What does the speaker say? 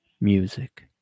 music